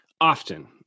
Often